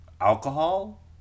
alcohol